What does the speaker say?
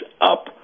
up